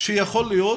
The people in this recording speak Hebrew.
שיכול להיות